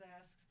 asks